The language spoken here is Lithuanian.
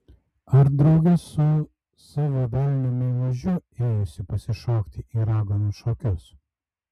ar drauge su savo velniu meilužiu ėjusi pasišokti į raganų šokius